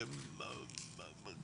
מארס.